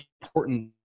important